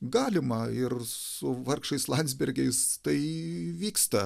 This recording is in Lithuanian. galima ir su vargšais landsbergiais tai vyksta